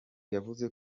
yavuze